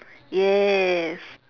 yes